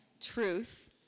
truth